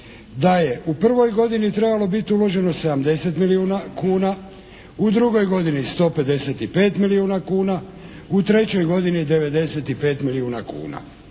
da je u prvoj godini trebalo biti uloženo 70 milijuna kuna, u drugoj godini 155 milijuna kuna, u trećoj godini 95 milijuna kuna.